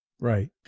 Right